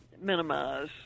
Minimize